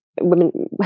women